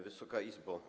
Wysoka Izbo!